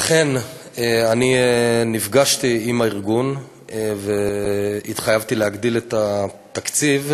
אכן נפגשתי עם הארגון והתחייבתי להגדיל את התקציב,